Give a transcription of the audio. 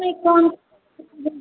कौन